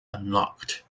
unlocked